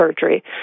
surgery